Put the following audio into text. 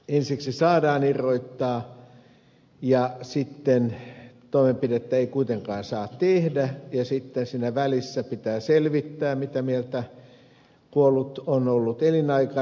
ensiksi saadaan irrottaa ja sitten toimenpidettä ei kuitenkaan saa tehdä ja sitten siinä välissä pitää selvittää mitä mieltä kuollut on ollut elinaikanaan